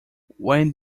when